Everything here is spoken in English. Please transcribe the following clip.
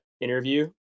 interview